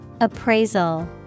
Appraisal